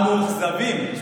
המאוכזבים, תודה.